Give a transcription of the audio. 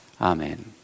Amen